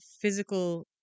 physical